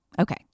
Okay